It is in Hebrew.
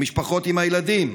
המשפחות עם הילדים?